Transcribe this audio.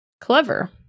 Clever